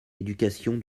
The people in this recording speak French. éducation